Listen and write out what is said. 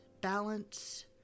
balance